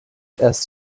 erst